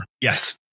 yes